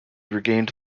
regained